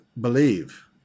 believe